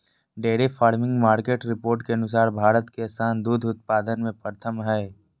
dairy farming market report के अनुसार भारत के स्थान दूध उत्पादन में प्रथम हय